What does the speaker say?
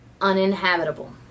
uninhabitable